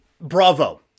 bravo